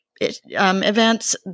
events